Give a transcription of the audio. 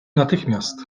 natychmiast